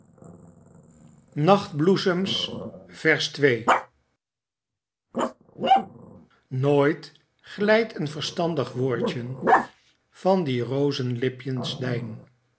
nooit glijdt een verstandig woordjen van die rozenlipjens